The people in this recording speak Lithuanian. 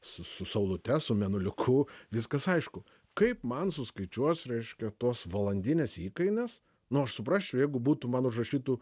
su saulute su mėnuliuku viskas aišku kaip man suskaičiuos reiškia tuos valandinius įkainius nu aš suprasčiau jeigu būtų man užrašytų